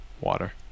water